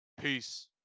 Peace